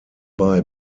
bei